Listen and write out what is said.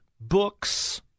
books